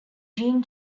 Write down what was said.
jean